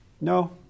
No